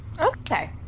Okay